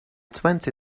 twenty